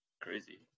crazy